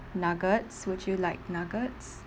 nuggets would you like nuggets